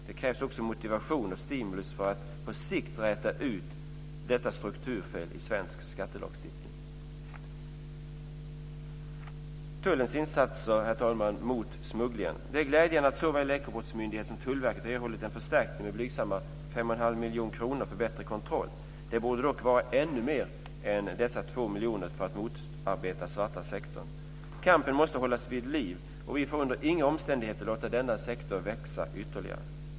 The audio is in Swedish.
Det krävs också motivation och stimulus för att på sikt räta ut detta strukturfel i svensk skattelagstiftning. Så, herr talman, till tullens insatser mot smuggling. Det är glädjande att såväl Ekobrottsmyndigheten som Tullverket har erhållit förstärkning med blygsamma 5 1⁄2 miljoner kronor för bättre kontroll. Det borde dock vara ännu mer än dessa 2 miljoner för att motarbeta den svarta sektorn. Kampen måste hållas vid liv.